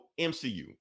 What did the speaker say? mcu